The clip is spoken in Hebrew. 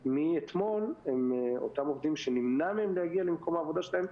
ומאתמול אותם עובדים שנמנע מהם להגיע למקום העבודה שלהם,